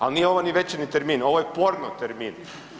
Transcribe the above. Ali nije ovo ni večernji termin, ovo je porno termin.